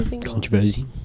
Controversy